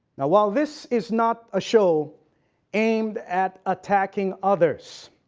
now while this is not a show aimed at attacking others,